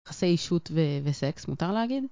יחסי אישות וסקס, מותר להגיד?